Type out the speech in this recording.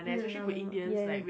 mm no no ya ya